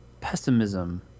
Pessimism